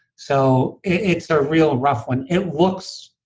so it's a real rough one. it looks